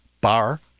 bar